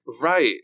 Right